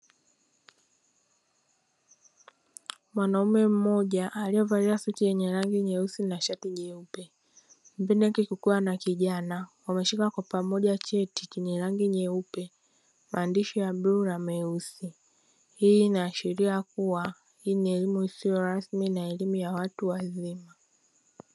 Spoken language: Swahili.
Mwanaume mmoja aliyevalia suti yenye rangi nyeusi na shati jeupe pembeni yake kulikua na kijana wameshika kwa pamoja cheti chenye rangi nyeupe, maandishi ya bluu na meusi, hii ina ashiria kuwa hii ni elimu isiyo rasmi na elimu ya watu wazima.